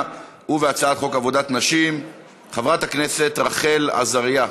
ובהצעת חוק עבודת נשים חברת הכנסת רחל עזריה.